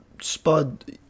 Spud